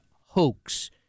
hoax